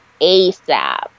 ASAP